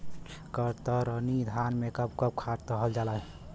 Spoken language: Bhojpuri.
कतरनी धान में कब कब खाद दहल जाई?